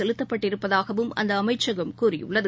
செலுத்தப்பட்டிருப்பதாகவும் அந்தஅமைச்சகம் கூறியுள்ளது